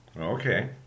Okay